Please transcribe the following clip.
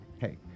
Hey